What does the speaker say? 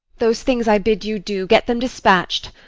those things i bid you do, get them dispatch'd.